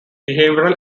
behavioral